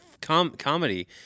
comedy